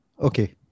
Okay